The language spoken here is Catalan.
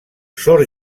sor